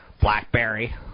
Blackberry